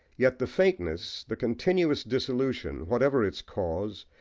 yet the faintness, the continuous dissolution, whatever its cause,